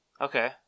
Okay